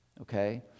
okay